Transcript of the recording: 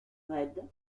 raides